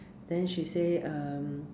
then she say um